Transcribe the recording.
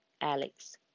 Alex